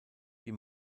die